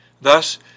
Thus